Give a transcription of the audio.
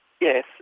Yes